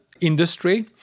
industry